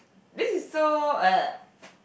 this is so !ugh!